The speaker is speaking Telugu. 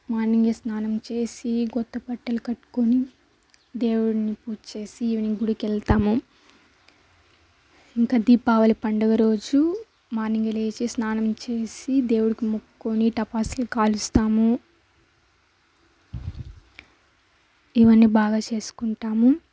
మార్నింగే స్నానం చేసి కొత్త బట్టలు కట్టుకొని దేవుడిని పూజ చేసి ఈవినింగ్ గుడికి వెళ్తాము ఇంకా దీపావళి పండుగ రోజు మార్నింగే లేచి స్నానం చేసి దేవుడికి ముక్కుకొని టపాసులు కాలుస్తాము ఇవన్నీ బాగా చేసుకుంటాము